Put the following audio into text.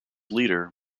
leader